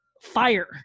fire